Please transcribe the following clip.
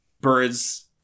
birds